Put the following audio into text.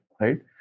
right